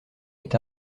est